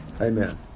Amen